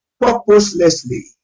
purposelessly